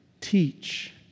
teach